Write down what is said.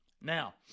Now